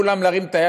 כולם להרים את היד.